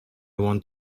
want